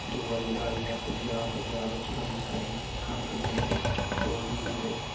दूआ जि'ला आई गेआ पंजाब पंजाब बिच्च बड़ी सारी कनक बी होंदी चौल बी होंदे